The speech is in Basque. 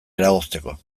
eragozteko